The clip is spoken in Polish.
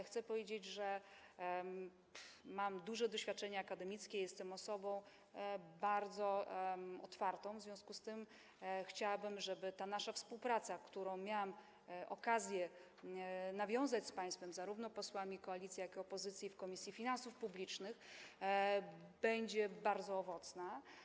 Chcę powiedzieć, że mam duże doświadczenie akademickie, jestem osobą bardzo otwartą, w związku z tym chciałabym, żeby ta nasza współpraca, którą miałam okazję nawiązać z państwem - zarówno z posłami koalicji, jak i opozycji - w Komisji Finansów Publicznych, była bardzo owocna.